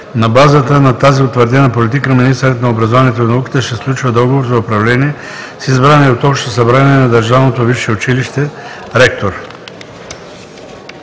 На базата на тази утвърдена политика министърът на образованието и науката ще сключва договор за управление с избрания от общото събрание на държавното висше училище ректор.